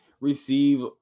receive